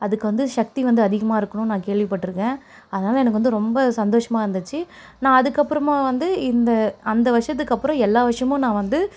அதுக்கு வந்து சக்தி வந்து அதிகமாக இருக்கணும்ன்னு நான் கேள்விபட்டிருக்கேன் அதனால் எனக்கு வந்து ரொம்ப சந்தோஷமாக இருந்துச்சு நான் அதுக்கப்புறமா வந்து இந்த அந்த வருஷத்துக்கு அப்புறம் எல்லா வருஷமும் நான் வந்து